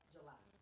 July